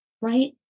right